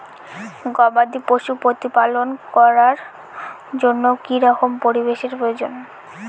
গবাদী পশু প্রতিপালন করার জন্য কি রকম পরিবেশের প্রয়োজন?